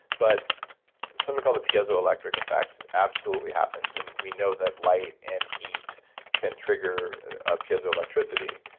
but something called the piezoelectric effect absolutely happens, and we know that light and heat can trigger ah piezoelectricity,